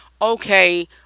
okay